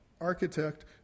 architect